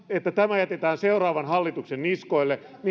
että tämä jätetään seuraavan hallituksen niskoille